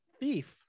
thief